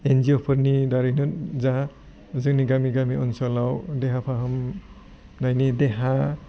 एनजिअ'फोरनि दारैनो जा जोंनि गामि गामि ओनसोलाव देहा फाहामनायनि देहा